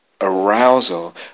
arousal